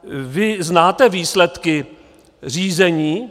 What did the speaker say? Vy znáte výsledky řízení?